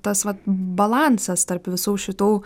tas vat balansas tarp visų šitų